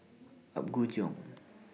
Apgujeong